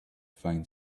find